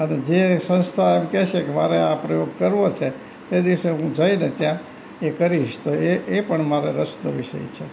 અને જે સંસ્થા એમ કહેશે કે મારે આ પ્રયોગ કરવો છે તે દિવસે હું જઈને ત્યાં એ કરીશ તો એ એ પણ મારે રસનો વિષય છે